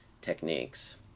techniques